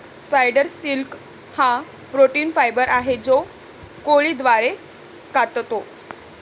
spider silk हा protein fibre आहे जो कोळी द्वारे काततो